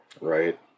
Right